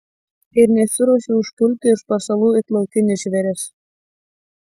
ir nesiruošiu užpulti iš pasalų it laukinis žvėris